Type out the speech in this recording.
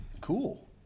Cool